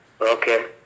Okay